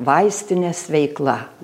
vaistinės veikla